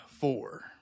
four